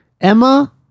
Emma